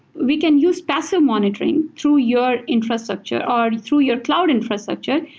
we can use passive monitoring through your infrastructure or through your cloud infrastructure,